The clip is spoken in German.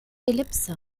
ellipse